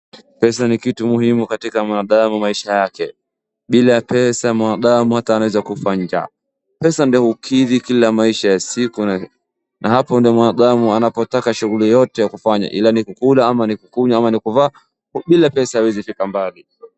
Pesa ni kitu muhimu katika mwanadamu maisha yake. Bila pesa hata mwanadamu anaeza kufa njaa. Pesa ndo hukidhi kila maisha ya siku na hapo ndo mwanadamu anapotaka shughuli yoyote ya kufanya ila ni kukula ama ni kukunywa ama ni kuvaa. Bila pesa hawezi fika mbali.